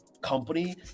company